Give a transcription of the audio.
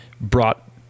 brought